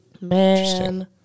man